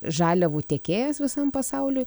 žaliavų tiekėjas visam pasauliui